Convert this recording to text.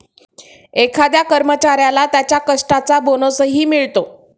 एखाद्या कर्मचाऱ्याला त्याच्या कष्टाचा बोनसही मिळतो